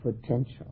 potential